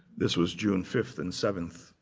this was june five and seven.